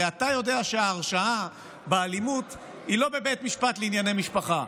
הרי אתה יודע שההרשעה באלימות היא לא בבית משפט לענייני משפחה,